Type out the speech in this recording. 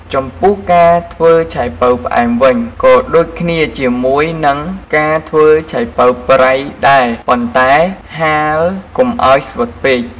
ចំពោះការធ្វើឆៃប៉ូវផ្អែមវិញ ក៏ដូចគ្នាជាមួយនឹងការធ្វើឆៃប៉ូវប្រៃដែរប៉ុន្តែហាលកុំឱ្យស្វិតពេក។